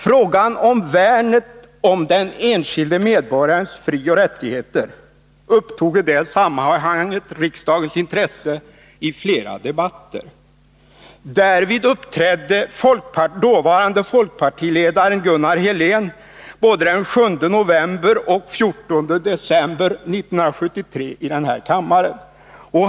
Frågan om värnet om den enskilde medborgarens frioch rättigheter upptog i det sammanhanget riksdagens intresse i flera debatter. Därvid uppträdde dåvarande folkpartiledaren Gunnar Helén både den 7 november och den 14 december 1973 i denna kammare.